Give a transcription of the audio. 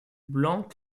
blanc